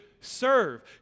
serve